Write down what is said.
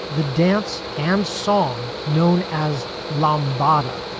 the dance and song known as lamotta,